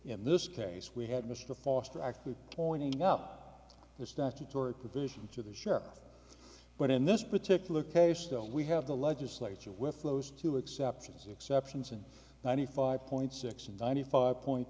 in this case we had mr foster actually pointing up the statutory provision to the sheriff's but in this particular case though we have the legislature with those two exceptions exceptions and ninety five point six and ninety five point